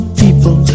people